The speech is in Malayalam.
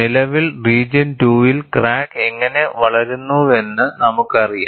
നിലവിൽ റീജിയൺ 2 ൽ ക്രാക്ക് എങ്ങനെ വളരുന്നുവെന്ന് നമുക്കറിയാം